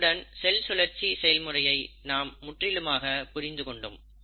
இத்துடன் செல் சுழற்சி செயல்முறையை நாம் முற்றிலுமாக புரிந்து கொண்டோம்